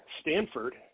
Stanford